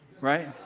Right